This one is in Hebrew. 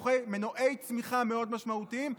עם מנועי צמיחה מאוד משמעותיים,